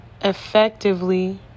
effectively